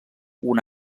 una